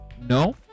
No